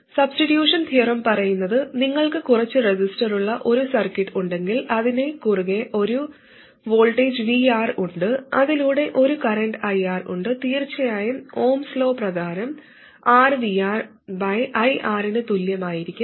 substitution theorem പറയുന്നത് നിങ്ങൾക്ക് കുറച്ച് റെസിസ്റ്ററുള്ള ഒരു സർക്യൂട്ട് ഉണ്ടെങ്കിൽ അതിന് കുറുകെ ഒരു വോൾട്ടേജ് VR ഉണ്ട് അതിലൂടെ ഒരു കറന്റ് IR ഉണ്ട് തീർച്ചയായും ഒഹ്മ്സ് ലോ Ohms law പ്രകാരം R VR ബൈ IR ന് തുല്യമായിരിക്കും